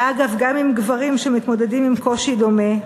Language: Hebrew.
ואגב, גם עם גברים שמתמודדים עם קושי דומה,